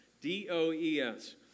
D-O-E-S